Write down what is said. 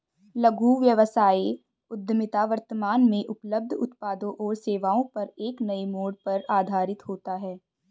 लघु व्यवसाय उद्यमिता वर्तमान में उपलब्ध उत्पादों और सेवाओं पर एक नए मोड़ पर आधारित होता है